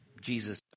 Jesus